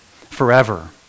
Forever